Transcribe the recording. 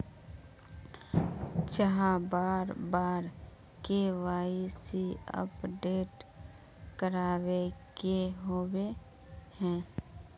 चाँह बार बार के.वाई.सी अपडेट करावे के होबे है?